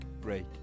break